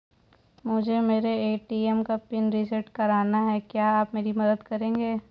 मुझे मेरे ए.टी.एम का पिन रीसेट कराना है क्या आप मेरी मदद करेंगे?